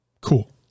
Cool